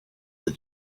the